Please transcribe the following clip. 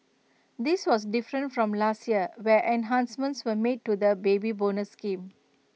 this was different from last year where enhancements were made to the Baby Bonus scheme